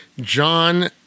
John